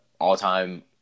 all-time